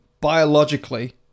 biologically